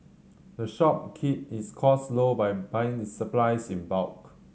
the shop keep its costs low by buying its supplies in bulk